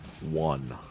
One